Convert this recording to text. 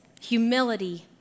humility